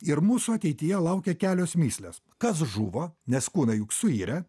ir mūsų ateityje laukia kelios mįslės kas žuvo nes kūnai juk suirę